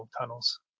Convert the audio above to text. tunnels